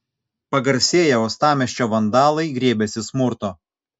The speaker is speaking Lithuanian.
pagarsėję uostamiesčio vandalai griebėsi smurto